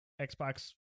Xbox